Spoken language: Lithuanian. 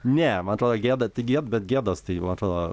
ne man atrodo gėda tai gėd bet gėdos tai jau atrodo